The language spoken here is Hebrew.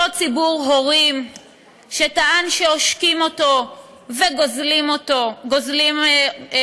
אותו ציבור הורים שטען שעושקים אותו וגוזלים ממנו